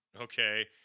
okay